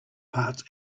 parts